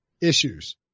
issues